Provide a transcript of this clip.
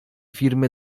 firmy